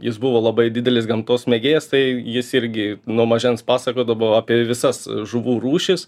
jis buvo labai didelis gamtos mėgėjas tai jis irgi nuo mažens pasakodavo apie visas žuvų rūšis